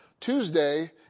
Tuesday